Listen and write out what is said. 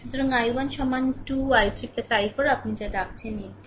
সুতরাং i1 সমান 2 i3 i4 আপনি যা ডাকছেন এটি এটি